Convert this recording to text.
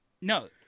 no